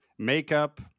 makeup